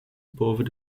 boven